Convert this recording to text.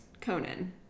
Conan